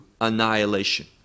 annihilation